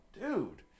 dude